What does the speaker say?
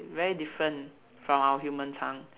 very different from our human tongue